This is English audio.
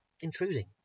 intruding